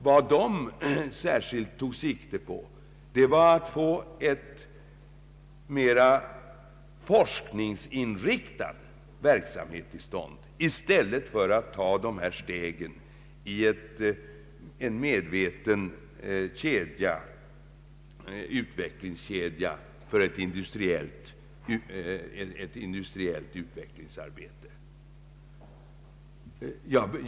Vad kritikerna tog sikte på var att få till stånd en mera forskningsinriktad verksamhet i stället för att ta steg i en medveten utvecklingskedja för ett industriellt projekt.